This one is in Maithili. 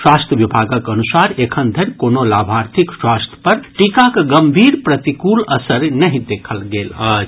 स्वास्थ्य विभागक अनुसार एखन धरि कोनो लाभार्थीक स्वास्थ्य पर टीकाक गम्भीर प्रतिकूल असरि नहि देखल गेल अछि